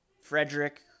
Frederick